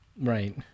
Right